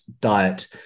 diet